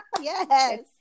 Yes